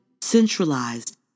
centralized